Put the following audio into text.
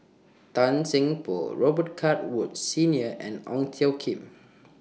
Tan Seng Poh Robet Carr Woods Senior and Ong Tjoe Kim